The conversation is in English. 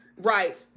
Right